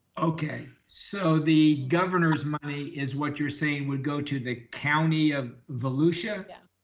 okay. so the governor's money is what you're saying would go to the county of volusia. yeah.